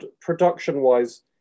production-wise